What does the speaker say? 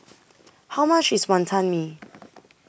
How much IS Wantan Mee